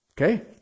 Okay